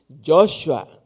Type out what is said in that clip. Joshua